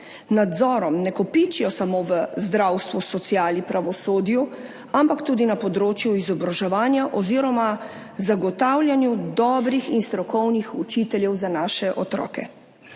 nadzorom ne kopičijo samo v zdravstvu, sociali, pravosodju, ampak tudi na področju izobraževanja oziroma zagotavljanju dobrih in strokovnih učiteljev za naše otroke.